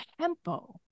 tempo